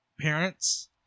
parents